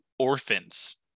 Orphans